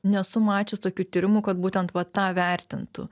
nesu mačius tokių tyrimų kad būtent va tą vertintų